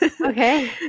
Okay